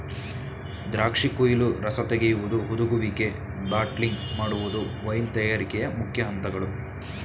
ದ್ರಾಕ್ಷಿ ಕುಯಿಲು, ರಸ ತೆಗೆಯುವುದು, ಹುದುಗುವಿಕೆ, ಬಾಟ್ಲಿಂಗ್ ಮಾಡುವುದು ವೈನ್ ತಯಾರಿಕೆಯ ಮುಖ್ಯ ಅಂತಗಳು